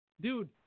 dude